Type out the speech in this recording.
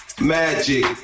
magic